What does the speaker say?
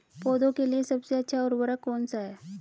पौधों के लिए सबसे अच्छा उर्वरक कौन सा है?